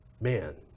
Man